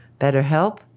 BetterHelp